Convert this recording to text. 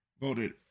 voted